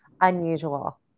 unusual